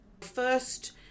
First